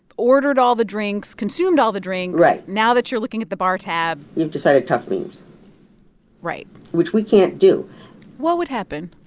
ordered all the drinks, consumed all the drinks right now that you're looking at the bar tab. you've decided tough beans right which we can't do what would happen?